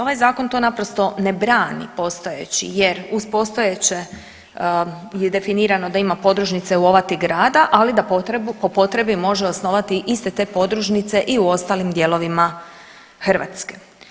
Ovaj zakon to naprosto ne brani postojeći jer uz postojeće je definirano da ima podružnice u ova tri grada, ali da po potrebi može osnovati iste te podružnice i u ostalim dijelovima Hrvatske.